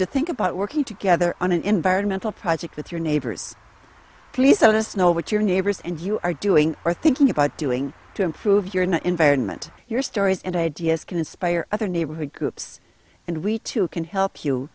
to think about working together on an environmental project with your neighbors please let us know what your neighbors and you are doing or thinking about doing to improve your environment your stories and ideas can inspire other neighborhood groups and we too can help you